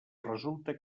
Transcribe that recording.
resulta